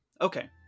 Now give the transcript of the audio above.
Okay